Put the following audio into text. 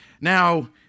Now